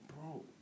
bro